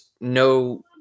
no